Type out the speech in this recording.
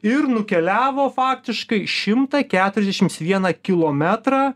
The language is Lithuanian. ir nukeliavo faktiškai šimtą keturiasdešims vieną kilometrą